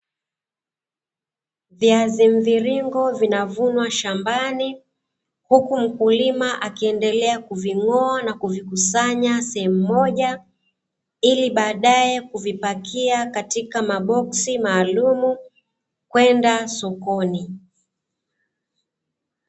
Viazi mviringo vinavunwa shambani, huku mkulima akiendelea kuving'oa na kuvikusanya sehemu moja, ili baadaye kuvipakia katika maboksi maalumu, kwenda sokoni.